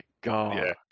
God